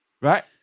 Right